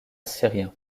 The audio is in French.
syrien